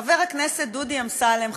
חבר הכנסת דודי אמסלם,